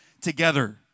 together